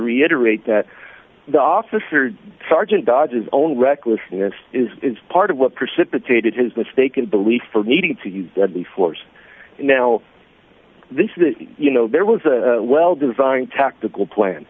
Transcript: reiterate that the officer sergeant dodge's own recklessness is part of what precipitated his mistaken belief for needing to use deadly force now this is you know there was a well designed tactical plan